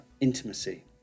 intimacy